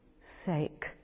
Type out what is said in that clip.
sake